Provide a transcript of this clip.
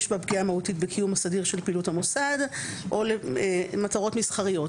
יש בה פגיעה מהותית בקיום הסדיר של פעילות המוסד או למטרות מסחריות".